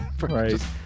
Right